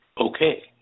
Okay